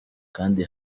kandi